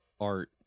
art